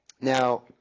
Now